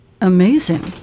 amazing